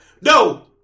no